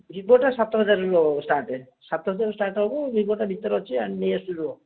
ଭିବୋଟା ସାତହଜାରରୁ ଷ୍ଟାର୍ଟ ସାତହଜାରରୁ ଷ୍ଟାର୍ଟ ହବ ଭିବୋଟା ଭିତରେ ଅଛି ନେଇଆସୁଛି ରୁହ